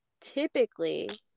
typically